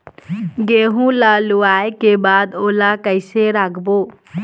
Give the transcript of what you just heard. गेहूं ला लुवाऐ के बाद ओला कइसे राखबो?